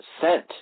sent